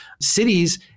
Cities